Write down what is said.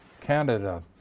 Canada